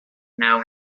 know